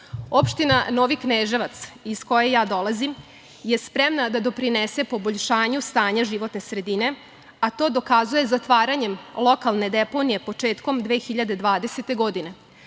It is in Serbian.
sredine. Opština Novi Kneževac, iz koje ja dolazim, je spremna da doprinese poboljšanju stanja životne sredine, a to dokazuje zatvaranjem lokalne deponije početkom 2020. godine.